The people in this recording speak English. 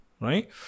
right